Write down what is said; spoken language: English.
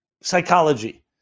psychology